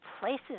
places